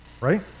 right